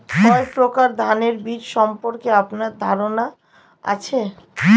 কত প্রকার ধানের বীজ সম্পর্কে আপনার ধারণা আছে?